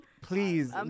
Please